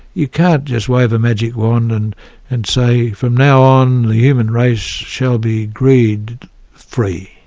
you can't just wave a magic wand and and say from now on the human race shall be greed free.